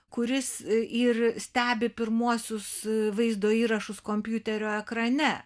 kuris ir stebi pirmuosius vaizdo įrašus kompiuterio ekrane